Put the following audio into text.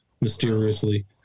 mysteriously